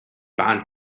bahnt